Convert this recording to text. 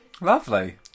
lovely